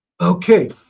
okay